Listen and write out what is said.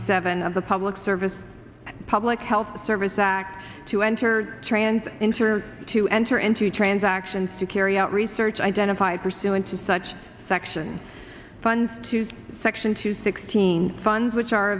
seven of the public service public health service act to enter trans into or to enter into transactions to carry out research identified pursuant to such section funds to section two sixteen funds which are